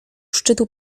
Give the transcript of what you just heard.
szczytu